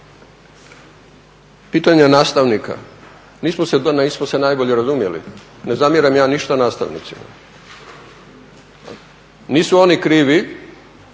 pitanja nastavnika nismo se najbolje razumjeli. Ne zamjeram ja ništa nastavnicima. Nisu oni krivi